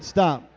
Stop